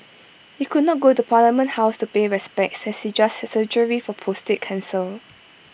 he could not go to parliament house to pay respects as he just had surgery for prostate cancer